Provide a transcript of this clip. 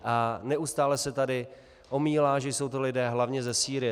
A neustále se tady omílá, že jsou to lidé hlavně ze Sýrie.